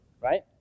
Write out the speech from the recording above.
Right